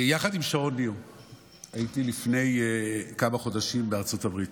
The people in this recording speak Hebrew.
יחד עם שרון ניר הייתי לפני כמה חודשים בארצות הברית,